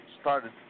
started